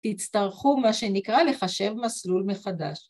תצטרכו, מה שנקרא, לחשב מסלול מחדש.